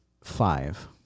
five